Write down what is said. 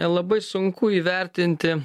labai sunku įvertinti